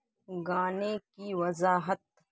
گانے کی وضاحت